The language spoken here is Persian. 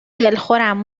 دلخورم